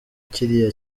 kiriya